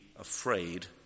afraid